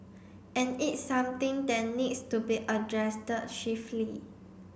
and it's something that needs to be addressed swiftly